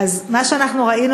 מה שראינו,